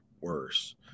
worse